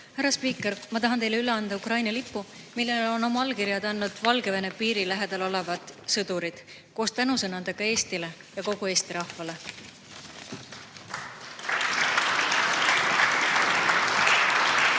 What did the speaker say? Härra spiiker, ma tahan teile üle anda Ukraina lipu, millele on oma allkirjad andnud Valgevene piiri lähedal olevad sõdurid koos tänusõnadega Eestile ja kogu Eesti rahvale.